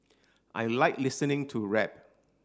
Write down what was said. I like listening to rap